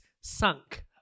sunk